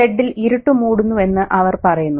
ഷെഡിൽ ഇരുട്ടു മൂടുന്നുവെന്ന് അവർ പറയുന്നു